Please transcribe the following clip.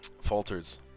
falters